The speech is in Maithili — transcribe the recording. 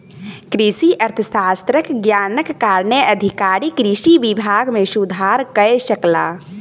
कृषि अर्थशास्त्रक ज्ञानक कारणेँ अधिकारी कृषि विभाग मे सुधार कय सकला